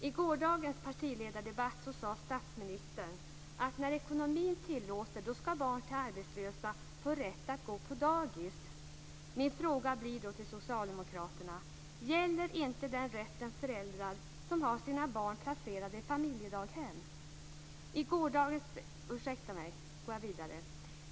I gårdagens partiledardebatt sade statsministern att barn till arbetslösa skall få rätt att gå på dagis när ekonomin tillåter. Min fråga till socialdemokraterna blir då: Gäller inte den rätten föräldrar som har sina barn placerade i familjedaghem?